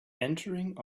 entering